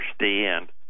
understand